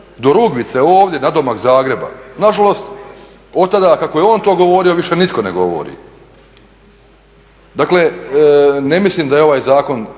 do Rugvice ovdje nadomak Zagreba. Nažalost, otada kako je on to govorio više nitko ne govori. Dakle ne mislim da je ovaj zakon,